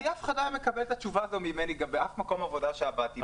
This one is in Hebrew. אף אחד לא היה מקבל את התשובה הזאת ממני בשום מקום עבודה שעבדתי בו.